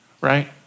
right